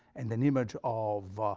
and an image of